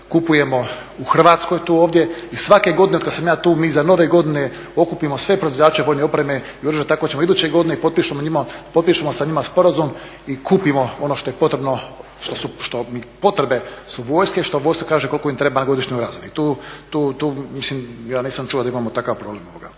kupujemo u Hrvatskoj tu ovdje. I svake godine otkad sam ja tu mi za nove godine okupimo sve proizvođače vojne opreme i tako ćemo i iduće godine i potpišemo sa njima sporazum i kupimo ono što je potrebno, što potrebe su vojske, što vojska kaže koliko im treba na godišnjoj razini. Tu mislim ja nisam čuo da imamo takav problem.